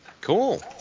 Cool